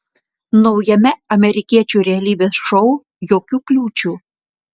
naujame amerikiečių realybės šou jokių kliūčių